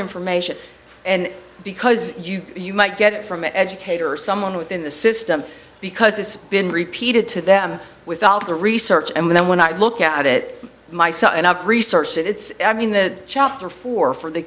information and because you you might get it from an educator or someone within the system because it's been repeated to them with all of the research and then when i look at it myself and i've researched it it's in the chapter four for the